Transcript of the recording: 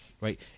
right